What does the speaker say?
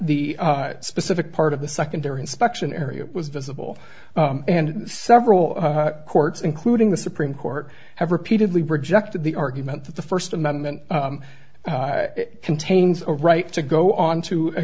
the specific part of the secondary inspection area was visible and several courts including the supreme court have repeatedly rejected the argument that the first amendment contains a right to go on to a